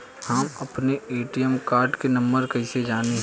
हम अपने ATM card के नंबर कइसे जानी?